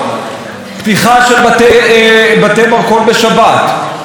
הוא לא דיבר על השדות שנשרפים במערב הנגב,